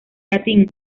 latín